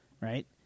right